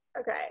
Okay